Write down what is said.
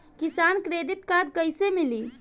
किसान credit card कइसे मिली?